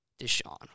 Deshaun